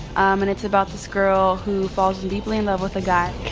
and it's about this girl who falls deeply in love with a guy